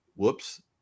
Whoops